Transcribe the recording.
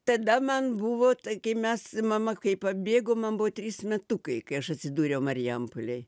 tada man buvo tai kai mes mama kai pabėgo man buvo trys metukai kai aš atsidūriau marijampolėj